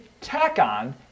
tack-on